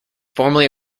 formerly